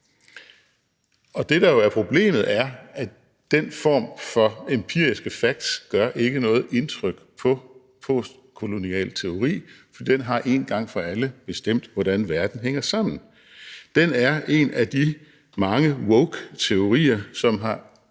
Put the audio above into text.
Det, der jo er problemet, er, at den form for empiriske facts ikke gør noget indtryk på postkolonial teori, for den har en gang for alle bestemt, hvordan verden hænger sammen. Den er en af de mange woketeorier, som har